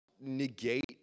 negate